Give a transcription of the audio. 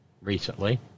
recently